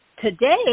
today